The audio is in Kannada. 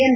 ಎನ್